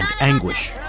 anguish